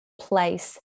place